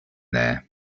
there